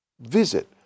visit